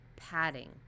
padding